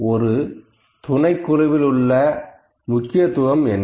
ஒரு துணைக் குழுவில் உள்ள முக்கியத்துவம் என்ன